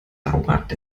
dauert